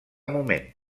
moment